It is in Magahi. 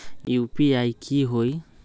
यू.पी.आई की होई?